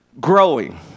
growing